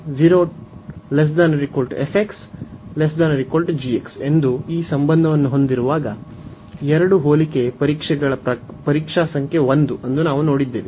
F ನಲ್ಲಿ ಎಂದು ಈ ಸಂಬಂಧವನ್ನು ಹೊಂದಿರುವಾಗ ಎರಡು ಹೋಲಿಕೆ ಪರೀಕ್ಷೆಗಳ ಪರೀಕ್ಷಾ ಸಂಖ್ಯೆ 1 ಅನ್ನು ನಾವು ನೋಡಿದ್ದೇವೆ